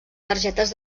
targetes